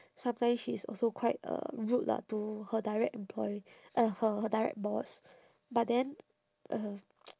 sometimes she is also quite uh rude lah to her direct employer uh her her direct boss but then uh